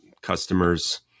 customers